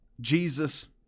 Jesus